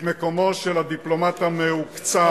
את מקומו של הדיפלומט המהוקצע,